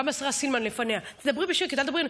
גם עשתה סימן לפניה: תדברי בשקט, אל תדברי.